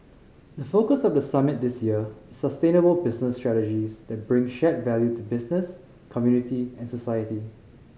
the focus of the summit this year is sustainable business strategies that bring shared value to business community and society